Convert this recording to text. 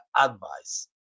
advice